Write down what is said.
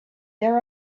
there